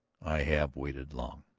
i have waited long,